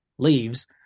leaves